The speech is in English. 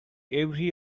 every